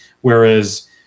Whereas